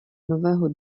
nového